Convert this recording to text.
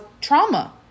trauma